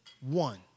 one